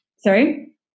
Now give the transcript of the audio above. Sorry